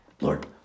Lord